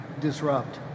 disrupt